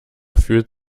fühlt